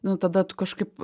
nu tada tu kažkaip